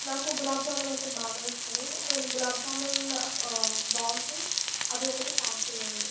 నాకు గులాబ్ జామున్ అంటే బాగా ఇష్టము ఒకవేళ గులాబ్ జామున్ బాగుంటే అది ఒకటి ప్యాక్ చేయండి